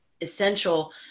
essential